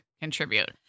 contribute